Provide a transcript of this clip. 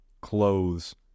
clothes